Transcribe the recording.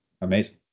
Amazing